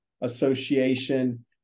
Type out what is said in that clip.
Association